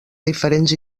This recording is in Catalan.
diferents